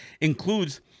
includes